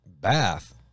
bath